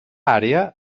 àrea